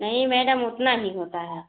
नहीं मैडम उतना ही होता है